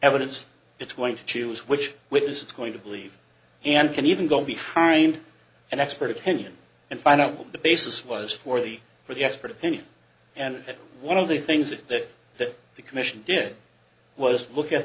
evidence it's going to choose which witness is going to believe and can even go behind an expert opinion and find out what the basis was for the for the expert opinion and one of the things that that the commission did was look at